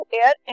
air